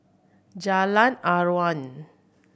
Jalan Aruan